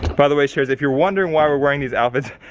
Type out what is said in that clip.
by the way, sharers, if you're wondering why we're wearing these outfits,